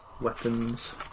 weapons